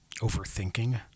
overthinking